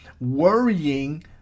worrying